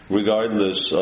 regardless